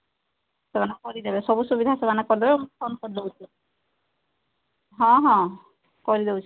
ସେମାନେ କରିଦେବେ ସବୁ ସୁବିଧା ସେମାନେ କରିଦେବେ ଫୋନ୍ କରିଦେଉଛି ହଁ ହଁ କରିଦେଉଛି